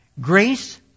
Grace